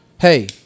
Hey